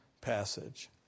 passage